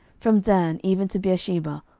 from dan even to beersheba,